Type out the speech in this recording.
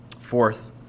Fourth